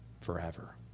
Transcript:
forever